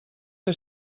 que